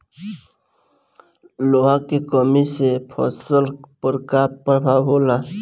लोहा के कमी से फसल पर का प्रभाव होला?